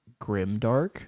grimdark